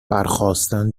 برخاستن